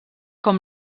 com